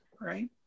right